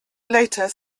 later